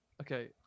Okay